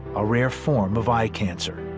a rare form of eye cancer.